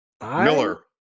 Miller